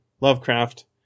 Lovecraft